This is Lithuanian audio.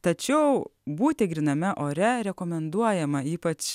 tačiau būti gryname ore rekomenduojama ypač